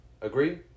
Agree